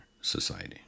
Society